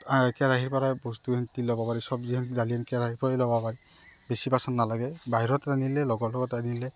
কে কেৰাহিৰ পৰাই বস্তুখিনি দি ল'ব পাৰি চবজিখিনি কেৰাহিৰ পৰাই ল'ব পাৰি বেছি বাচন নালাগে বাহিৰত ৰান্ধিলে লগৰ লগত ৰান্ধিলে